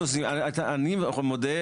אני מודה,